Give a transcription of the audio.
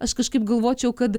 aš kažkaip galvočiau kad